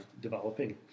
developing